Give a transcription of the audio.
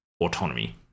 autonomy